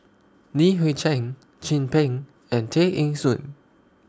Li Hui Cheng Chin Peng and Tay Eng Soon